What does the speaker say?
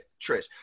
Trish